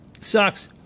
Sucks